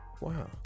Wow